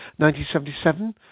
1977